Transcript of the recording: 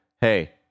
hey